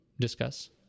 discuss